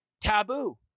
taboo